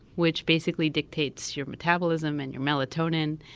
which basically dictates your metabolism and your melatonin,